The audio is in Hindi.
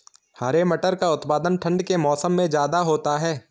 हरे मटर का उत्पादन ठंड के मौसम में ज्यादा होता है